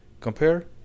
compare